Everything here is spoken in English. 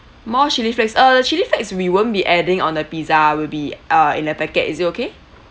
more chilli flakes uh the chilli flakes we won't be adding on the pizza will be uh in a packet is it okay